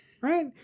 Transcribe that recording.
Right